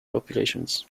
populations